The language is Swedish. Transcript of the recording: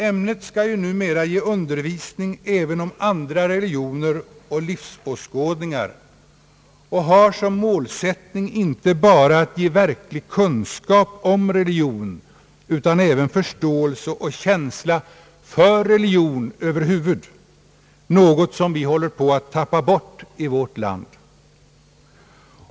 Ämnet skall ju numera ge undervisning även om andra religioner och livsåskådningar och har som målsättning inte bara att ge verklig kunskap om religion utan även förståelse och känsla för religion över huvud, något som vi håller på att tappa bort i vårt land.